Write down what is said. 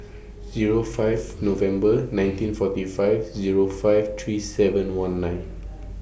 Zero five November nineteen forty five Zero five three seven one nine